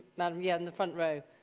madame, yeah in the front row.